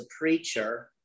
preacher